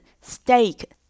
Steak